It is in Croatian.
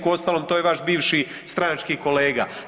Uostalom to je vaš bivši stranački kolega.